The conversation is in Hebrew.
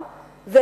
וליוסף הצדיק,